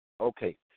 okay